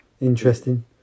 Interesting